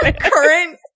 current